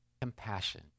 compassion